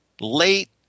late